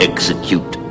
Execute